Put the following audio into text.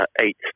eight